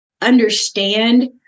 understand